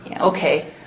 Okay